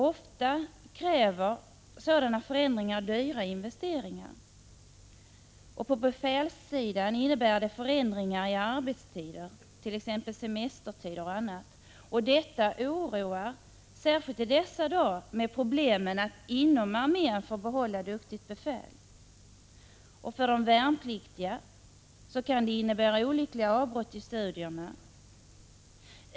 Ofta kräver sådana förändringar dyra investeringar. På befälssidan innebär det förändringar av arbetstider, t.ex. vad gäller semestertider och annat. Detta oroar, särskilt i dessa dagar, när man har problem att inom armén få behålla duktigt befäl. För de värnpliktiga kan det innebära olyckliga avbrott i studierna.